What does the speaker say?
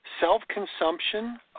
self-consumption